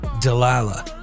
Delilah